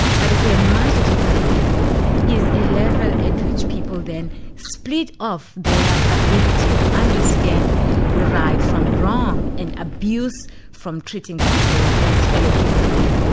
but at a much deeper level is a level at which people then split off their ability to understand right from wrong, and abuse from treating people as fellow human beings.